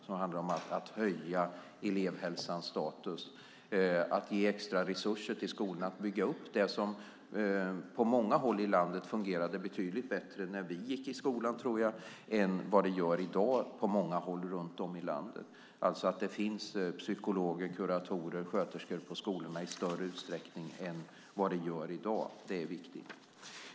Det handlar om att höja elevhälsans status och att ge extra resurser till skolorna att bygga upp det som jag tror på många håll runt om i landet fungerade betydligt bättre när vi gick i skolan än i dag. Det handlar om att finns psykologer, kuratorer och sköterskor på skolorna i större utsträckning än vad det gör i dag. Det är viktigt.